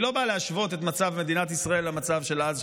היא לא באה להשוות את מצב מדינת ישראל למצב של אז,